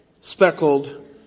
speckled